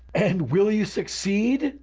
and will you succeed?